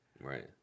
Right